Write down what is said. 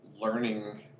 learning